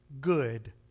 good